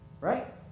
Right